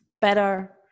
better